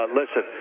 listen